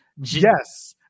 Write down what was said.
yes